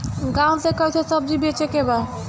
गांव से कैसे सब्जी बेचे के बा?